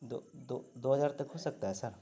دو دو دو ہزار تک ہو سکتا ہے سر